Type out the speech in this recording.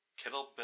Kettlebell